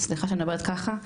סליחה שאני מדברת ככה,